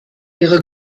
ihrer